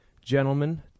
gentlemen